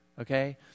Okay